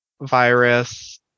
virus